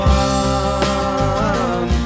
one